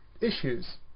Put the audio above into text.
issues